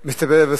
מסתפק.